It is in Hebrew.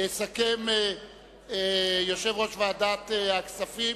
יסכם יושב-ראש ועדת הכספים.